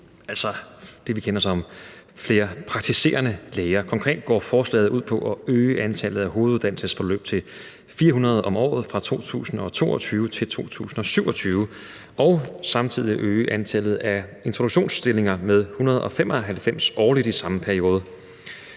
altså det, vi kender som praktiserende læger. Konkret går forslaget ud på at øge antallet af hoveduddannelsesforløb til 400 om året fra 2022 til 2027 og samtidig øge antallet af introduktionsstillinger med 195 årligt i samme periode.